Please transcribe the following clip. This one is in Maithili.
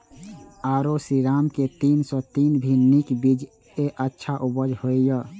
आरो श्रीराम के तीन सौ तीन भी नीक बीज ये अच्छा उपज होय इय?